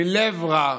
מלב רע.